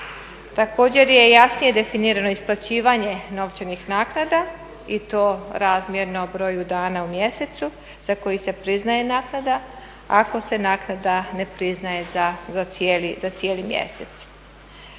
Također je jasnije definirano isplaćivanje novčanih naknada i to razmjerno broju dana u mjesecu za koji se priznaje naknada ako se naknada ne priznaje za cijeli mjesec.